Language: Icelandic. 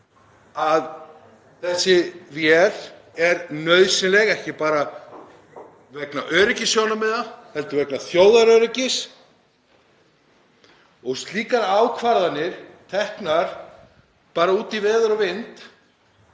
að þessi vél er nauðsynleg, ekki bara vegna öryggissjónarmiða heldur vegna þjóðaröryggis. Slíkar ákvarðanir teknar út í veður og vind